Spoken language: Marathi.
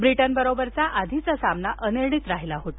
ब्रिटनबरोबरील आधीचा सामना अनिर्णीत झाला होता